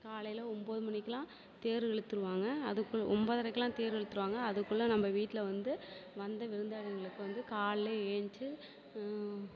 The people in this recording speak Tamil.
காலையில் ஒம்போது மணிக்கலாம் தேரு இழுத்துடுவாங்க அதுக்குள்ளே ஒன்போதரைக்கலாம் தேர் இழுத்துவிடுவாங்க அதுக்குள்ளே நம்ப வீட்டில் வந்து வந்த விருந்தாளிகளுக்கு வந்து காலில் என்ச்சு